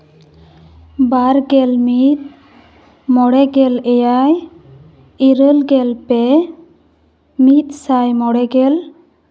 ᱵᱟᱨ ᱜᱮᱞ ᱢᱤᱫ ᱢᱚᱬᱮ ᱜᱮᱞ ᱮᱭᱟᱭ ᱤᱨᱟᱹᱞ ᱜᱮᱞ ᱯᱮ ᱢᱤᱫᱥᱟᱭ ᱢᱚᱬᱮ ᱜᱮᱞ